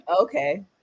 okay